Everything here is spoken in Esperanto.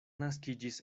naskiĝis